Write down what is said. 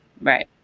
Right